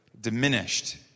diminished